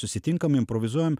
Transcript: susitinkam improvizuojam